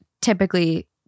typically